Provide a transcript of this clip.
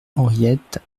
henriette